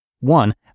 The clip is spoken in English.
One